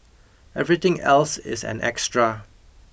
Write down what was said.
everything else is an extra